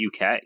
UK